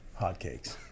Hotcakes